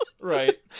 Right